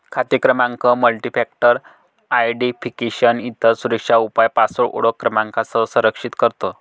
खाते क्रमांक multifactor identification, इतर सुरक्षा उपाय पासवर्ड ओळख क्रमांकासह संरक्षित करतो